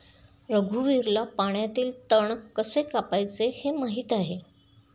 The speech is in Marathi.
रघुवीरला पाण्यातील तण कसे कापायचे हे माहित आहे